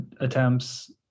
attempts